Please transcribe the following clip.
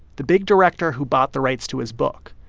the big director who bought the rights to his book,